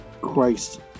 Christ